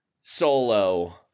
solo